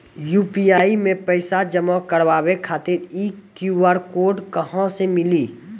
UPI मे पैसा जमा कारवावे खातिर ई क्यू.आर कोड कहां से मिली?